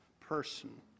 person